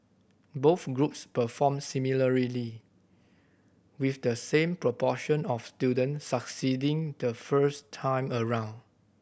both groups performed similarly with the same proportion of student succeeding the first time around